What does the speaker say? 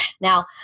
Now